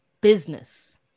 business